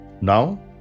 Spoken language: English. Now